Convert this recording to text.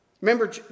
Remember